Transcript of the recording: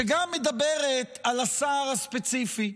שגם מדברת על השר הספציפי.